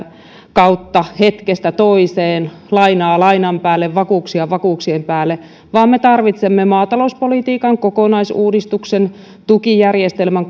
kautta hetkestä toiseen lainaa lainan päälle vakuuksia vakuuksien päälle vaan me tarvitsemme maatalouspolitiikan kokonaisuudistuksen tukijärjestelmän